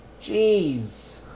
Jeez